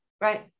Right